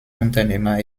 unternehmer